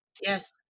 Yes